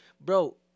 Bro